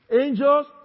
angels